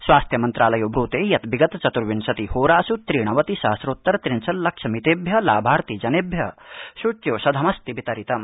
स्वास्थ्य मंत्रालयो ब्रूते यत् विगत चतुर्विंशति होरास् त्रि णवति सहस्रोत्तर तत्रिंशल् लक्ष मितेभ्य लाभार्थि जनेभ्य सूच्यौषधमस्ति वितरितम्